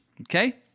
Okay